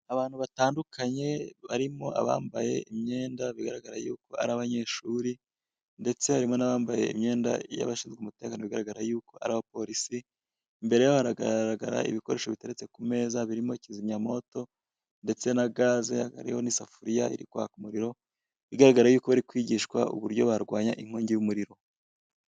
Abantu batandukanye barimo abambaye imyenda bigaragara yuko ari abanyeshuri, ndetse harimo n'abambaye imyenda y'abashinzwe umutekano bigaragara yuko ari abapolisi. imbere yabo haragarara ibikoresho biteretse ku meza birimo kizimyamwoto, ndetse na gaze, hakaba hariho n'isafuriya iri kwaka umuriro. Bigaragare yuko bari kwigishwa uburyo barwanya inkongi y'umuriro.